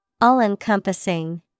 All-encompassing